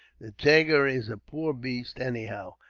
the tiger is a poor baste, anyhow.